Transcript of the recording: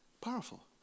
Powerful